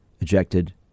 ejected